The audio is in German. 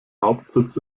hauptsitz